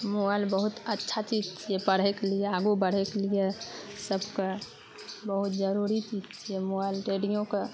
mobile बहुत अच्छा चीज छियै पढ़ैके लिए आगू बढ़ैके लिए सबके बहुत जरूरी चीज छियै मोबाइल रेडियोके